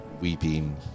weeping